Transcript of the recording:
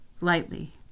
lightly